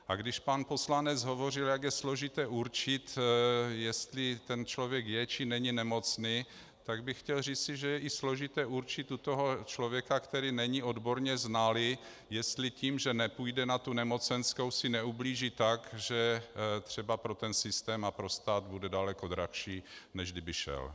A když pan poslanec hovořil, jak je složité určit, jestli ten člověk je, či není nemocný, tak bych chtěl říci, že je i složité určit u člověka, který není odborně znalý, jestli tím, že nepůjde na nemocenskou, si neublíží tak, že třeba pro ten systém a pro stát bude daleko dražší, než kdyby šel.